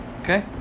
Okay